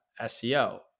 SEO